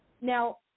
Now